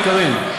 קארין?